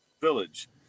village